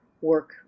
work